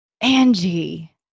Angie